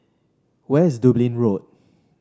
where is Dublin Road